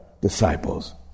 disciples